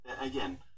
again